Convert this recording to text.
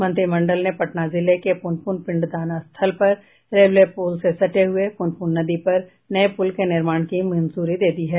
मंत्रिमंडल ने पटना जिले के पुनपुन पिंडदान स्थल पर रेलवे पुल से सटे हुए प्रनपुन नदी पर नये पुल के निर्माण की मंजूरी दे दी है